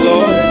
Lord